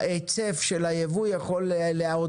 זאת